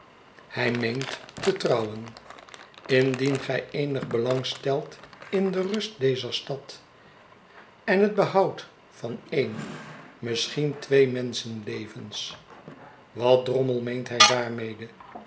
te trouwen indien gij eenig belang stelt in de rust dezer stad en net behoud van een misschien twee menschenlevens wat dromrnelmeent hij daarmede